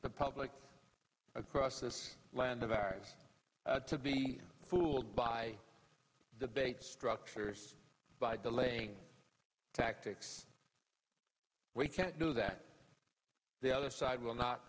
the public across this land of ours to be fooled by the bait structures by delaying tactics we can't do that the other side will not